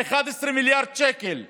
מ-11 מיליארד שקל שאישרו,